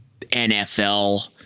NFL